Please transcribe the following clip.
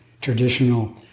traditional